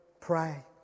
pray